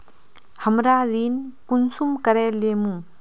हमरा ऋण कुंसम करे लेमु?